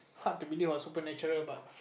hard to believe about supernatural but